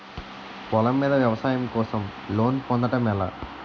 పొలం మీద వ్యవసాయం కోసం లోన్ పొందటం ఎలా?